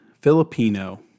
Filipino